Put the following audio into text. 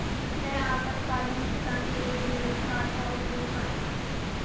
मैं आपातकालीन भुगतान के लिए क्रेडिट कार्ड का उपयोग करता हूं